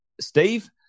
Steve